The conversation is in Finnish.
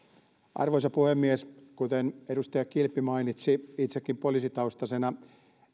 arvoisa puhemies kuten edustaja kilpi mainitsi itsekään poliisitaustaisena